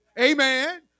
Amen